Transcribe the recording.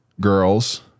girls